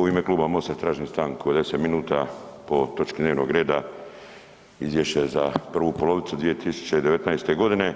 U ime Kluba MOST-a tražim stanku od 10 minuta po točki dnevnog reda izvješće za prvu polovicu 2019. godine